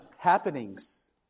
Happenings